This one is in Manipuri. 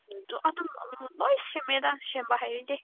ꯑꯗꯨꯝ ꯂꯣꯏ ꯁꯦꯝꯃꯦꯗ ꯁꯦꯝꯕ ꯍꯩꯔꯗꯤ